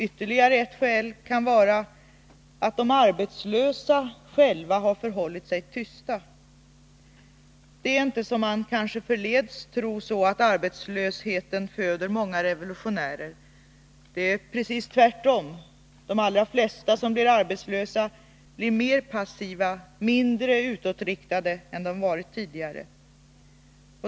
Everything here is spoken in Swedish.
Ytterligare ett skäl kan vara att de arbetslösa själva har förhållit sig tysta. Det är inte, som man kanske förleds tro, så att arbetslösheten föder många revolutionärer. Det är precis tvärtom. De flesta som blir arbetslösa blir mer passiva och mindre utåtriktade än de har varit tidigare.